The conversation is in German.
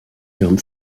ihrem